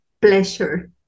pleasure